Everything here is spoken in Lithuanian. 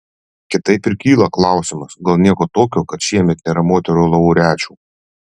kitaip ir kyla klausimas gal nieko tokio kad šiemet nėra moterų laureačių